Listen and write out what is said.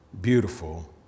beautiful